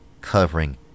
covering